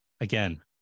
Again